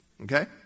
Okay